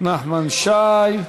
נחמן שי.